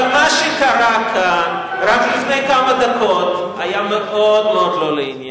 אבל מה שקרה כאן רק לפני כמה דקות היה מאוד מאוד לא לעניין.